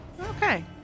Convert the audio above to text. Okay